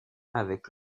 avec